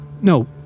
no